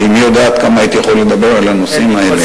כי מי יודע עד כמה הייתי יכול לדבר על הנושאים האלה.